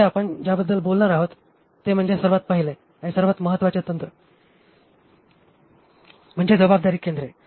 येथे आपण ज्याबद्दल बोलणार आहोत ते म्हणजे सर्वात पहिले आणि सर्वात महत्वाचे तंत्र म्हणजे जबाबदारी केंद्रे